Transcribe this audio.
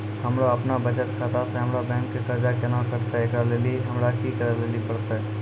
हमरा आपनौ बचत खाता से हमरौ बैंक के कर्जा केना कटतै ऐकरा लेली हमरा कि करै लेली परतै?